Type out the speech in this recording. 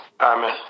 Amen